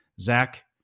Zach